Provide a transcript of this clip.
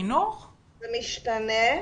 זה משתנה.